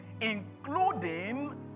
including